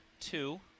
two